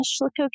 look